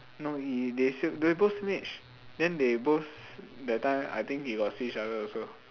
no he they still they both same age then they both that time I think he got see each other also